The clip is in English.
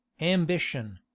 ambition